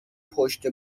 پشت